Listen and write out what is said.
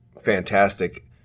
fantastic